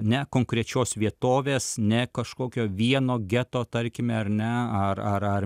ne konkrečios vietovės ne kažkokio vieno geto tarkime ar ne ar ar ar